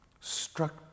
Struck